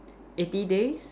eighty days